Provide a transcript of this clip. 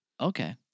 Okay